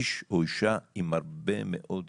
איש או אישה עם הרבה מאוד יכולות.